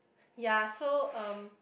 ya so um